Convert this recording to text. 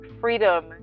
freedom